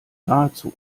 nahezu